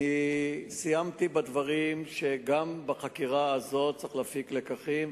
אני סיימתי בדברים שגם בחקירה הזאת צריך להפיק לקחים,